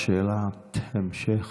שאלת המשך.